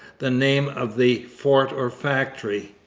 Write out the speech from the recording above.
the name of the fort or factory.